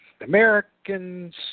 Americans